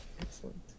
Excellent